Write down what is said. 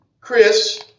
Chris